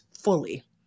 fully